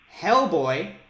hellboy